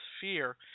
fear